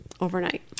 overnight